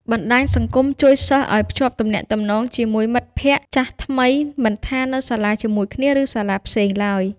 បណ្ដាញសង្គមជួយសិស្សឲ្យ ភ្ជាប់ទំនាក់ទំនងជាមួយមិត្តភក្ដិ ចាស់ថ្មី មិនថានៅសាលាជាមួយគ្នា ឬសាលាផ្សេងឡើយ។